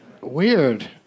Weird